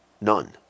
None